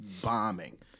bombing